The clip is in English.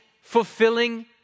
fulfilling